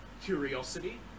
curiosity